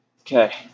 okay